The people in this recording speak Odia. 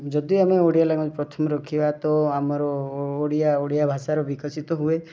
ଯଦି ଆମେ ଓଡ଼ିଆ ଲାଙ୍ଗୁଏଜ୍ ପ୍ରଥମେ ରଖିବା ତ ଆମର ଓଡ଼ିଆ ଓଡ଼ିଆ ଭାଷାର ବିକଶିତ ହୁଏ